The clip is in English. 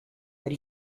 that